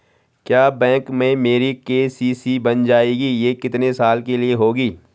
क्या बैंक में मेरी के.सी.सी बन जाएगी ये कितने साल के लिए होगी?